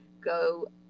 go